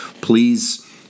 please